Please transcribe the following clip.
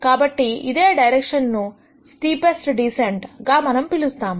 కాబట్టి ఇదే డైరెక్షన్ ను స్టీపెస్ట్ డీసెంట్ గా మనం పిలుస్తాము